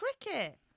Cricket